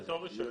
זה אותו רישיון.